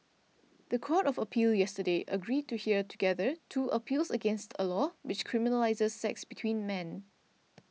the Court of Appeal yesterday agreed to hear together two appeals against a law which criminalises sex between men